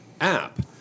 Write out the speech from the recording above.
app